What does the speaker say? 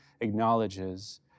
acknowledges